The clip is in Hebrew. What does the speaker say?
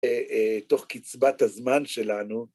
תוך קצבת הזמן שלנו.